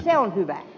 se on hyvä